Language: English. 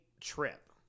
trip